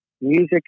music